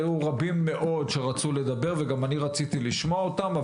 היו רבים מאוד שרצו לדבר וגם אני רציתי לשמוע אותם,